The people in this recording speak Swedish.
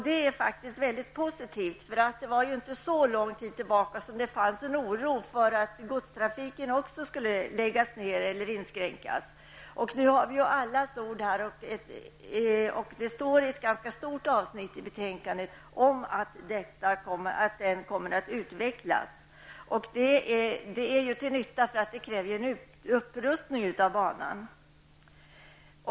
Det är mycket positivt, för det var inte så länge sedan som det fanns en oro för att godstrafiken också skulle läggas ner eller inskränkas. Nu har vi ju allas ord -- det står i ett ganska stort avsnitt i betänkandet -- på att den kommer att utvecklas. Det är ju till nytta, för det kräver en upprustning av banan.